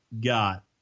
got